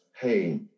hey